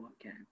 again